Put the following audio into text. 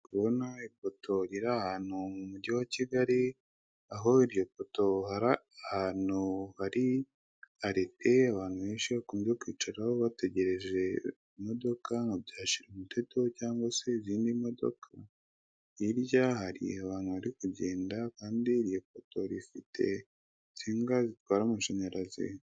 Kubona ifoto iri ahantu mu mujyi wa Kigali, aho iryo poto hara ahantu hari arete abantu benshi bakunze kwicara ho bategereje imodoka nkabyashira umuteto cyangwa se izindi modoka. Hirya hari abantu bari kugenda kandi iryo poto rifite insinga zitwara amashanyarazi.